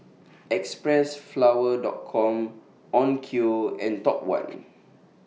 Xpressflower Dot Com Onkyo and Top one